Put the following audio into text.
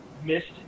Missed